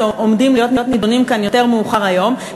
שעומדים להיות נדונים כאן יותר מאוחר היום,